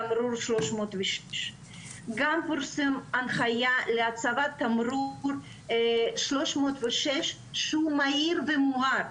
תמרור 306.פורסמה הנחיה להצבת תמרור 306 שהוא מאיר ומואר.